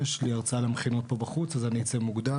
יש לי הרצאה למכינות פה בחוץ אז אני אצא מוקדם.